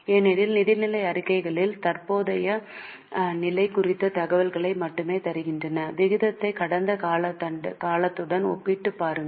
ஏனெனில் நிதிநிலை அறிக்கைகள் தற்போதைய நிலை குறித்த தகவல்களை மட்டுமே தருகின்றன விகிதத்தை கடந்த காலத்துடன் ஒப்பிட்டுப் பாருங்கள்